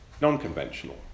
non-conventional